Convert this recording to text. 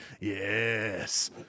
Yes